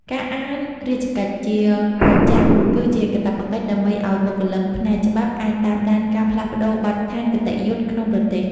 ការអាន "រាជកិច្ច" ជាប្រចាំគឺជាកាតព្វកិច្ចដើម្បីឱ្យបុគ្គលិកផ្នែកច្បាប់អាចតាមដានការផ្លាស់ប្តូរបទដ្ឋានគតិយុត្តិក្នុងប្រទេស។